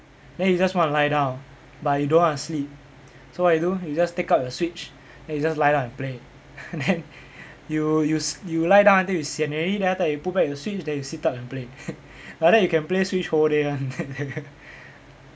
then you just want to lie down but you don't want to sleep so what you do you just take out the switch then you just lie down and play then you you s~ you lie down until you sian already then after that you put back the switch then you sit up and play like that you can play switch whole day [one]